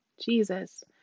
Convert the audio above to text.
Jesus